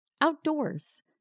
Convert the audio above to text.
outdoors